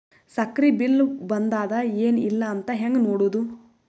ಸಕ್ರಿ ಬಿಲ್ ಬಂದಾದ ಏನ್ ಇಲ್ಲ ಅಂತ ಹೆಂಗ್ ನೋಡುದು?